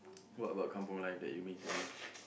what about kampung life that you miss the most